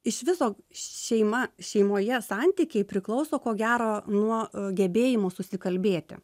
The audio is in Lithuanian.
iš viso šeima šeimoje santykiai priklauso ko gero nuo gebėjimo susikalbėti